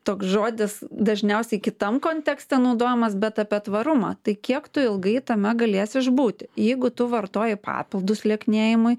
toks žodis dažniausiai kitam kontekste naudojamas bet apie tvarumą tai kiek tu ilgai tame galėsi išbūti jeigu tu vartoji papildus lieknėjimui